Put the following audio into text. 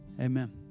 amen